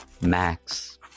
Max